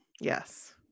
Yes